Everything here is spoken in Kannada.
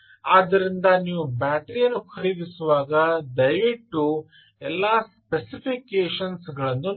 ಆದ್ದರಿಂದ ನೀವು ಬ್ಯಾಟರಿಯನ್ನು ಖರೀದಿಸುವಾಗ ದಯವಿಟ್ಟು ಎಲ್ಲಾ ಸ್ಪೆಸಿಫಿಕೇಷನ್ಸ್ ಗಳನ್ನು ನೋಡಿ